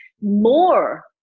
more